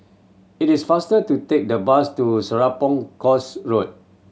it is faster to take the bus to Serapong Course Road